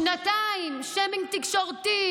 שנתיים שיימינג תקשורתי,